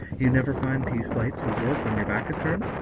you never find he slights his work when your back is turned?